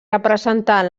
representar